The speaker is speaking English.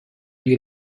you